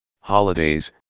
holidays